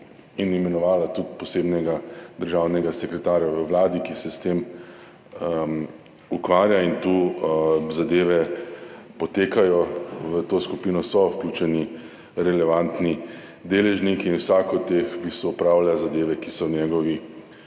in imenovala tudi posebnega državnega sekretarja v Vladi, ki se s tem ukvarja. Tu zadeve potekajo. V to skupino so vključeni relevantni deležniki in vsak od teh v bistvu opravlja zadeve, ki so v njegovi